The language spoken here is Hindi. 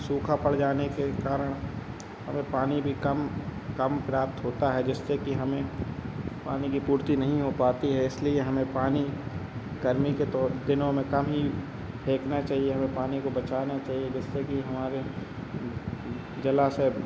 सूखा पड़ जाने के कारण हमें पानी भी कम कम प्राप्त होता है जिससे कि हमें पानी की पूर्ति नहीं हो पाती है इसलिए हमें पानी गर्मी के तौर दिनों में कम ही फेंकना चाहिए हमें पानी को बचाना चाहिए जिससे कि हमारे जलाशय